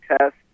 test